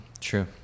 True